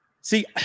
see